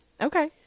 Okay